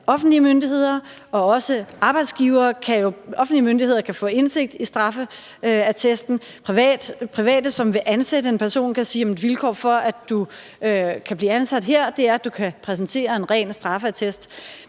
offentlige myndigheder kan få indsigt i straffeattesten, og at private, som vil ansætte en person, kan sige, at et vilkår for, at man kan blive ansat hos dem, er, at man kan præsentere en ren straffeattest.